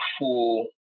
full